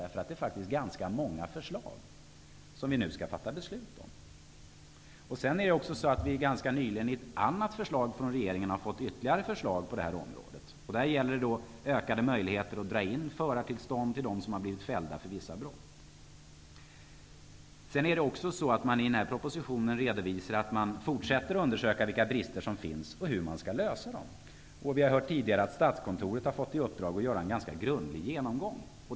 Det är ganska många förslag som vi nu skall fatta beslut om. Regeringen har också nyligen lämnat ytterligare förslag på området. Det gäller ökade möjligheter att dra in förartillstånd för dem som har blivit fällda för vissa brott. I propositionen redovisas också att man fortsätter att undersöka vilka brister som finns och hur de skall lösas. Vi har hört att Statskontoret har fått i uppdrag att göra en grundlig genomgång.